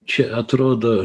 čia atrodo